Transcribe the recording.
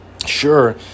Sure